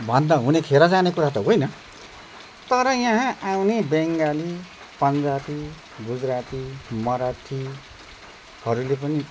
भन्दा हुने खेरो जाने कुरा त होइन तर यहाँ आउने बङ्गाली पन्जाबी गुजराती मराठीहरूले पनि